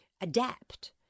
adapt